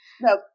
no